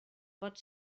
pot